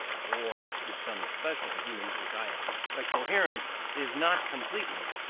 or to some special human society. but coherence is not completeness,